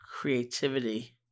creativity